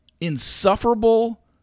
insufferable